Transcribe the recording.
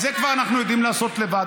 את זה כבר אנחנו יודעים לעשות לבד.